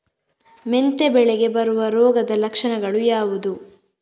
ಮೆಂತೆ ಬೆಳೆಗೆ ಬರುವ ರೋಗದ ಲಕ್ಷಣಗಳು ಯಾವುದು?